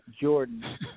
Jordan